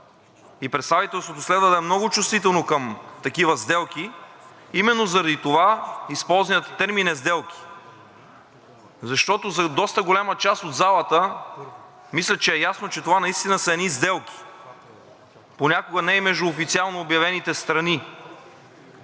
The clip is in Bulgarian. и представителството следва да е много чувствително към такива сделки. Именно заради това използваният термин е „сделки“. Защото за доста голяма част от залата мисля, че е ясно, че това наистина са едни сделки, понякога не и между официално обявените страни.